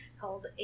called